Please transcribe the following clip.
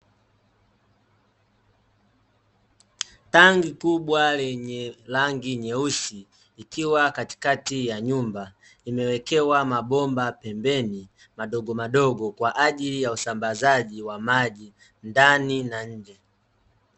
Tanki kubwa lenye rangi nyeusi, ikiwa katikati ya nyumba imewekewa mabomba pembeni, madogo madogo kwaajili ya usambazaji wa maji ndani na nje.